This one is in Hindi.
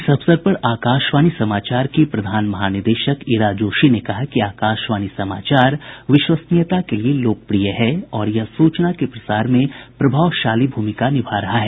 इस अवसर पर आकाशवाणी समाचार की प्रधान महानिदेशक ईरा जोशी ने कहा कि आकाशवाणी समाचार विश्वसनीयता के लिए लोकप्रिय है और यह सूचना के प्रसार में प्रभावशाली भूमिका निभा रहा है